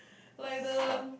like the